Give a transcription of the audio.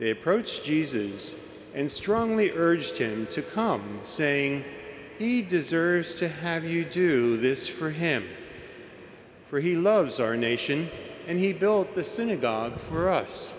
they approached jesus and strongly urged him to come saying he deserves to have you do this for him for he loves our nation and he built the synagogue for us